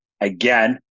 again